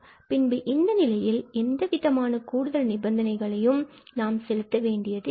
பின்பு இந்த நிலையில் எந்தவிதமான கூடுதல் நிபந்தனைகளும் நாம் செலுத்த வேண்டியது இல்லை